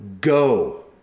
go